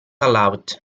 allowed